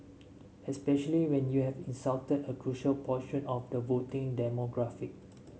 especially when you have insulted a crucial portion of the voting demographic